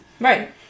Right